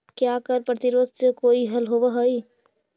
क्या कर प्रतिरोध से कोई हल होवअ हाई